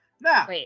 Now